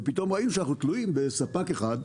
ופתאום ראינו שאנחנו תלויים בספק אחד.